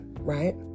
right